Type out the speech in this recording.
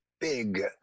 big